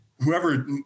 Whoever